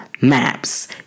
maps